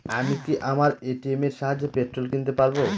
আমি কি আমার এ.টি.এম এর সাহায্যে পেট্রোল কিনতে পারব?